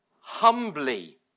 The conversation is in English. Humbly